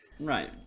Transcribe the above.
Right